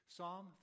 Psalm